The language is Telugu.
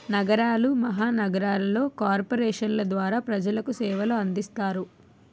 నగరాలు మహానగరాలలో కార్పొరేషన్ల ద్వారా ప్రజలకు సేవలు అందిస్తారు